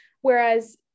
Whereas